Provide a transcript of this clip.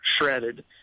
shredded